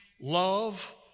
Love